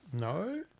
No